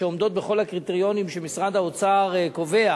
שעומדות בכל הקריטריונים שמשרד האוצר קובע